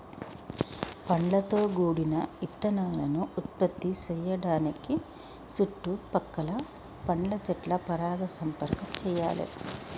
పండ్లతో గూడిన ఇత్తనాలను ఉత్పత్తి సేయడానికి సుట్టు పక్కల పండ్ల సెట్ల పరాగ సంపర్కం చెయ్యాలే